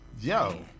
yo